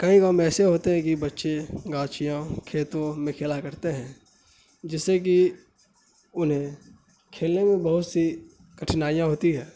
کئی گاؤں میں ایسے ہوتے ہیں کہ بچے گاچھیاں کھیتوں میں کھیلا کرتے ہیں جس سے کہ انہیں کھیلنے میں بہت سی کٹھنائیاں ہوتی ہے